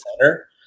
center